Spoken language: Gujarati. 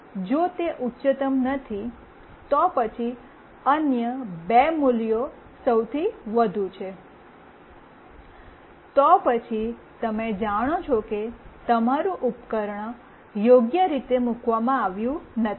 અને જો તે ઉચ્ચતમ નથી તો પછી અન્ય બે મૂલ્યો સૌથી વધુ છે તો પછી તમે જાણો છો કે તમારું ઉપકરણ યોગ્ય રીતે મૂકવામાં આવ્યું નથી